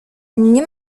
nie